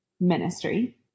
ministry